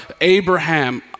Abraham